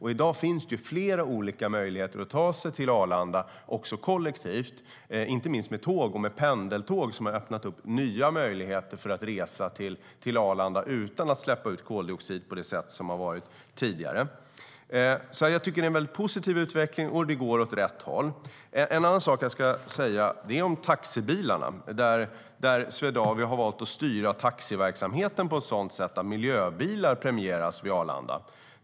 I dag finns flera olika möjligheter att ta sig till Arlanda också kollektivt, inte minst med tåg och pendeltåg som har öppnat nya möjligheter att resa till Arlanda utan att släppa ut koldioxid på det sätt som har varit fallet tidigare. Jag tycker att det är en positiv utveckling, och det går åt rätt håll. En annan sak jag ska säga gäller taxibilarna, där Swedavia har valt att styra taxiverksamheten på ett sådant sätt att miljöbilar premieras vid Arlanda.